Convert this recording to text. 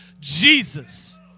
Jesus